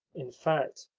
in fact,